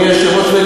אדוני היושב-ראש,